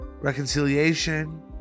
reconciliation